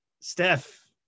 Steph